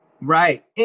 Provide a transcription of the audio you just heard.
Right